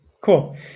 Cool